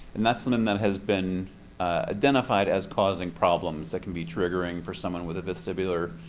and that's something that has been identified as causing problems that can be triggering for someone with a vestibular